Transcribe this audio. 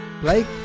Blake